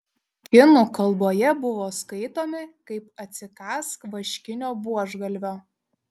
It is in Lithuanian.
kinų kalboje buvo skaitomi kaip atsikąsk vaškinio buožgalvio